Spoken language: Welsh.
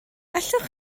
allwch